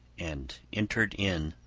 and entered in.